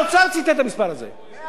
140,000 דירות ריקות?